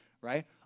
right